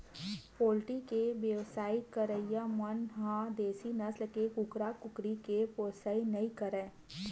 poultry के बेवसाय करइया मन ह देसी नसल के कुकरा, कुकरी के पोसइ नइ करय